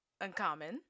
uncommon